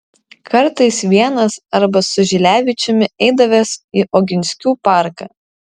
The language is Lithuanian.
kartais vienas arba su žilevičiumi eidavęs į oginskių parką